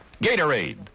Gatorade